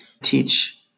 teach